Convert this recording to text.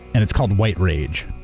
and it's called white rage.